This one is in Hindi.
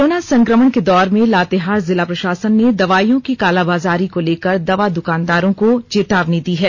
कोरोना संकमण के दौर में लातेहार जिला प्रषासन ने दवाइयों की कालाबजारी को लेकर दवा द्वानदारों को चेतावनी दी है